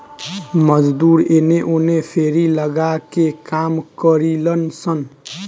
मजदूर एने ओने फेरी लगा के काम करिलन सन